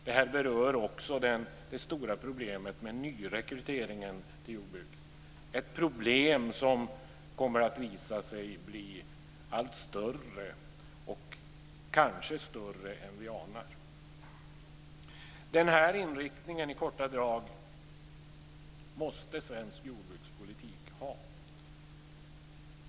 Det här berör också det stora problemet med nyrekryteringen till jordbruket - ett problem som kommer att visa sig bli allt större, och kanske större än vi anar. Den här inriktningen, i korta drag, måste svensk jordbrukspolitik ha.